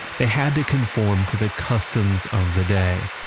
they had to conform to the customs of the day,